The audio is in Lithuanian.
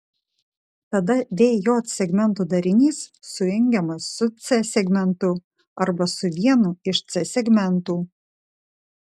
tada v j segmentų darinys sujungiamas su c segmentu arba su vienu iš c segmentų